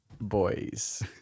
boys